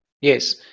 Yes